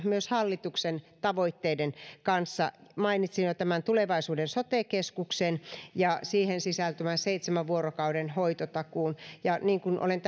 myös hallituksen tavoitteiden kanssa mainitsin jo tämän tulevaisuuden sote keskuksen ja siihen sisältyvän seitsemän vuorokauden hoitotakuun ja niin kuin olen